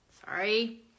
Sorry